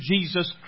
Jesus